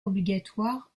obligatoire